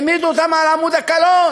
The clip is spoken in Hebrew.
העמידו אותם על עמוד הקלון,